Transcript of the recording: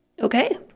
Okay